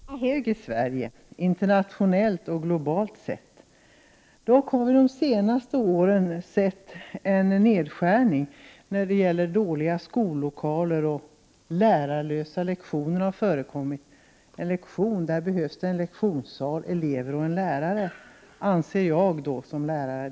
Herr talman! Utbildningen är hög i Sverige internationellt och globalt sett. Dock har vi under de senaste åren sett en nedskärning — dåliga skollokaler och lärarlösa lektioner. För en lektion behövs en lektionssal, elever och en lärare, anser jag som lärare.